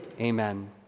Amen